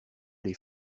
les